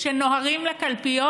שנוהרים לקלפיות?